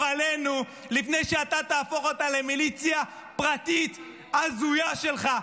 עלינו לפני שאתה תהפוך אותה למיליציה פרטית הזויה שלך.